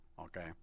okay